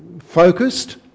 focused